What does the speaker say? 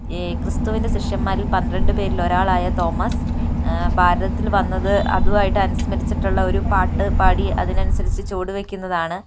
ഈ ക്രിസ്തുവിൻ്റെ ശിഷ്യന്മാരിൽ പന്ത്രണ്ട് പേരിൽ ഒരാളായ തോമസ് ഭാരതത്തിൽ വന്നത് അതുമായിട്ട് അനുസ്മരിച്ചിട്ടുള്ള ഒരു പാട്ട് പാടി അതിനനുസരിച്ചു ചുവടു വയ്ക്കുന്നതാണ്